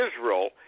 Israel